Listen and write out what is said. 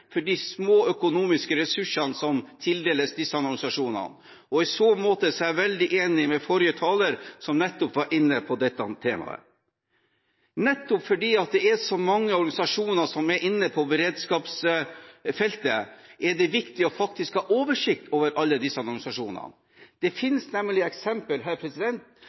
for de små økonomiske ressursene som tildeles disse organisasjonene. I så måte er jeg veldig enig med forrige taler, som nettopp var inne på dette temaet. Nettopp fordi det er så mange organisasjoner som er inne på beredskapsfeltet, er det faktisk viktig å ha oversikt over alle disse organisasjonene. Det finnes nemlig